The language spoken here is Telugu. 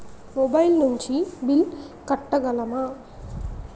మొబైల్ నుంచి బిల్ కట్టగలమ?